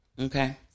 Okay